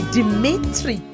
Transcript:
Dimitri